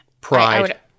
Pride